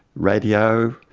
radio,